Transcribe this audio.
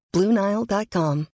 BlueNile.com